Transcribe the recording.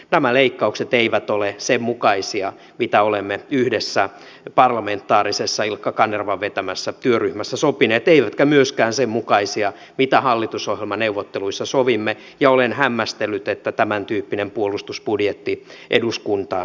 nämä leikkaukset eivät ole sen mukaisia mitä olemme yhdessä ilkka kanervan vetämässä parlamentaarisessa työryhmässä sopineet eivätkä myöskään sen mukaisia mitä hallitusohjelmaneuvotteluissa sovimme ja olen hämmästellyt että tämäntyyppinen puolustusbudjetti eduskuntaan tuodaan